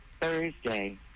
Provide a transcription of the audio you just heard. Thursday